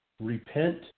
repent